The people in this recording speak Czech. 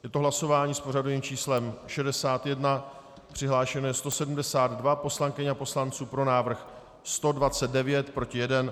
Je to hlasování s pořadovým číslem 61, přihlášeno je 172 poslankyň a poslanců, pro návrh 129, proti 1.